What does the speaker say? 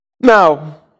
Now